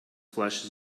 flesh